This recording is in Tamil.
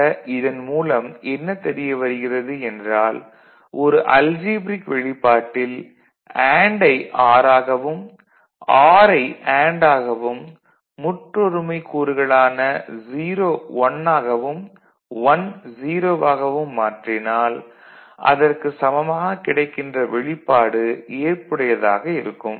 ஆக இதன் மூலம் என்ன தெரியவருகிறது என்றால் ஒரு அல்ஜீப்ரிக் வெளிப்பாட்டில் அண்டு ஐ ஆர் ஆகவும் ஆர் ஐ அண்டு ஆகவும் முற்றொருமைக் கூறுகளான 0 1 ஆகவும் 1 0 ஆகவும் மாற்றினாலும் அதற்கு சமமாகக் கிடைக்கிற வெளிப்பாடு ஏற்புடையதாக இருக்கும்